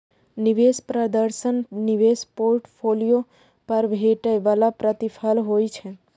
निवेश प्रदर्शन निवेश पोर्टफोलियो पर भेटै बला प्रतिफल होइ छै